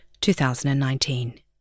2019